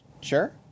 Sure